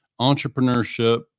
entrepreneurship